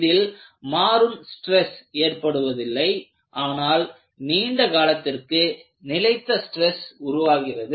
இதில் மாறும் ஸ்ட்ரெஸ் ஏற்படுவதில்லை ஆனால் நீண்ட காலத்திற்கு நிலைத்த ஸ்ட்ரெஸ் உருவாகிறது